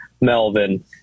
Melvin